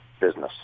business